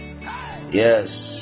Yes